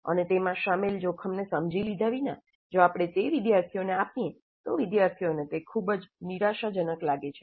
અને તેમાં શામેલ જોખમને સમજી લીધા વિના જો આપણે તે વિદ્યાર્થીઓને આપીએ તો વિદ્યાર્થીઓ ને તે ખૂબ જ નિરાશાજનક લાગે છે